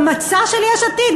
במצע של יש עתיד.